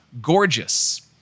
gorgeous